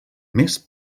més